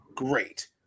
Great